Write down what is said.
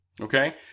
okay